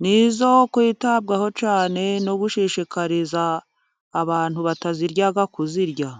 ni izo kwitabwaho cyane， no gushishikariza abantu batazirya kuzirya.